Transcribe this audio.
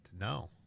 no